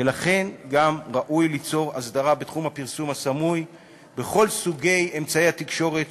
ולכן גם ראוי ליצור אסדרה בתחום הפרסום הסמוי בכל סוגי אמצעי התקשורת